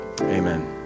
amen